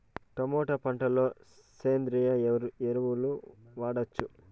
Tomato పంట లో సేంద్రియ ఎరువులు వాడవచ్చా?